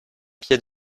pied